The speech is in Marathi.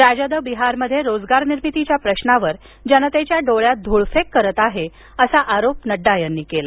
राजद बिहारमध्ये रोजगार निर्मितीच्या प्रश्नावर जनतेच्या डोळ्यात धूळफेक करीत आहे असा आरोप त्यांनी केला